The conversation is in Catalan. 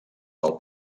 del